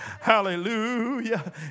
Hallelujah